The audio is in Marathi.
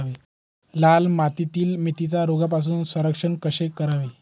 लाल मातीतील मेथीचे रोगापासून संरक्षण कसे करावे?